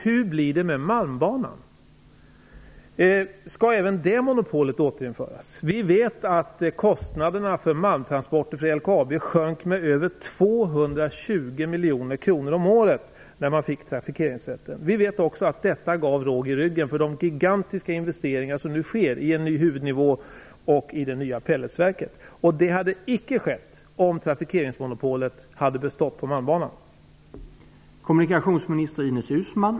Hur blir det med Malmbanan? Skall även detta monopol återinföras? Vi vet att LKAB:s kostnader för malmtransporter sjönk med över 220 miljoner kronor om året när de fick trafikeringsrätten. Vi vet också att detta gav råg i ryggen för de gigantiska investeringar som nu sker i en ny huvudnivå och i det nya pelletsverket Det hade icke skett om trafikeringsmonopolet på Malmbanan hade bestått.